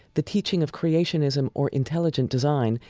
the teaching of creationism or intelligent design,